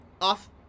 off